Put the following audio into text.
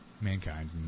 mankind